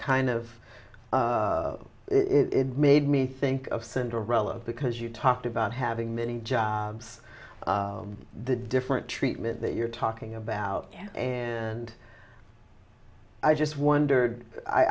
of it made me think of cinderella because you talked about having many jobs the different treatment that you're talking about and i just wondered i